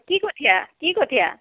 কি কঠীয়া কি কঠীয়া